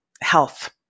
health